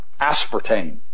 aspartame